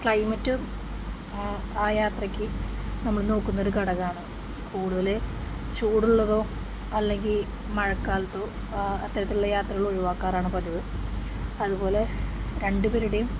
climate ആ യാത്രയ്ക്ക് നമ്മള് നോക്കുന്നൊരു ഘടകമാണ് കൂടുതല് ചൂടുള്ളതോ അല്ലെങ്കില് മഴക്കാലത്തോ അത്തരത്തിലുള്ള യാത്രകള് ഒഴിവാക്കാറാണ് പതിവ് അതുപോലെ രണ്ട് പേരുടെയും